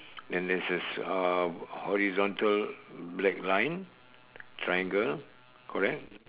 and there's a horizontal black line triangle correct